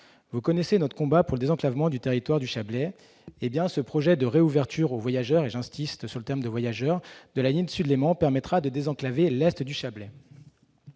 Vous connaissez notre combat pour le désenclavement du territoire du Chablais : ce projet de réouverture aux voyageurs- j'insiste sur ce point - de la ligne Sud-Léman permettra de désenclaver l'est du Chablais.